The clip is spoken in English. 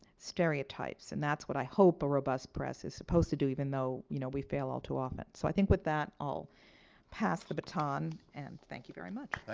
stereotypes. and that's what i hope a robust press is supposed to do, even though you know we fail all too often. so i think, with that, i'll pass the baton. and thank you very much.